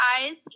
eyes